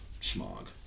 schmog